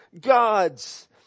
gods